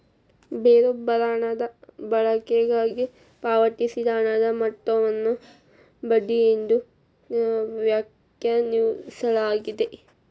ಬೇರೊಬ್ಬರ ಹಣದ ಬಳಕೆಗಾಗಿ ಪಾವತಿಸಿದ ಹಣದ ಮೊತ್ತವನ್ನು ಬಡ್ಡಿ ಎಂದು ವ್ಯಾಖ್ಯಾನಿಸಲಾಗಿದೆ